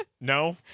No